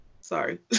Sorry